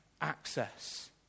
access